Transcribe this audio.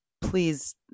Please